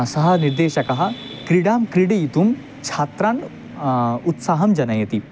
सः निर्देशकः क्रीडां क्रीडितुं छात्रेषु उत्साहं जनयति